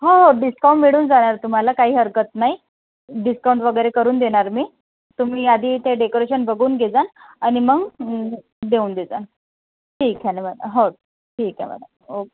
हो हो डिस्काऊंट मिळून जाणार तुम्हाला काही हरकत नाही डिस्काऊंट वगैरे करून देणार मी तुम्ही आधी ते डेकोरेशन बघून घेजाल आणि मग देऊन देजाल ठीक आहे ना मॅडम हो ठीक आहे मॅडम हो